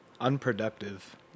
unproductive